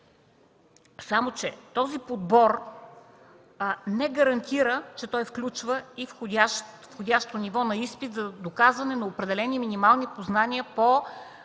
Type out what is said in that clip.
Само че този подбор не гарантира, че той включва и входящо ниво на изпит за доказване на определени минимални познания по